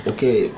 Okay